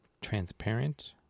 transparent